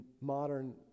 modern